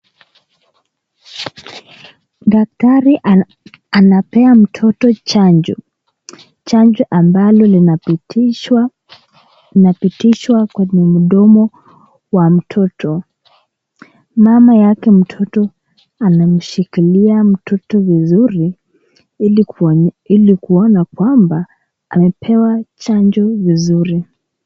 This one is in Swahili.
dakitari anapea mtoto chanjo, chanjo amabalo linapitishwa kwenye mdomo wa mtoto mamayake mtoto ameshikilia mtoto vizuri ilikuona kwamba amepewa chanjo vizuri.